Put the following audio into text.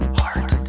heart